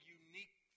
unique